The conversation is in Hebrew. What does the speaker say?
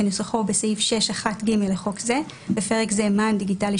כנוסחו בסעיף 6(1)(ג) לחוק זה (בפרק זה מען דיגיטלי,